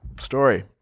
story